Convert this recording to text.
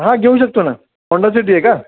हां घेऊ शकतो ना होंडा सिटी आहे का